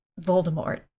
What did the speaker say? Voldemort